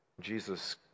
Jesus